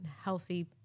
healthy